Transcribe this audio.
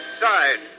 side